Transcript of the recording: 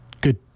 good